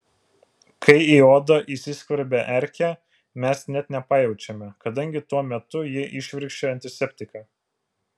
kai į odą įsiskverbia erkė mes net nepajaučiame kadangi tuo metu ji įšvirkščia antiseptiką